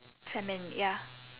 famine ya